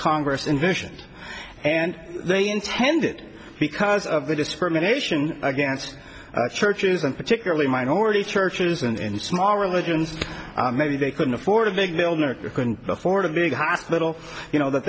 congress in visions and they intended because of the discrimination against churches and particularly minorities churches and small religions maybe they couldn't afford a big building or couldn't afford a big hospital you know that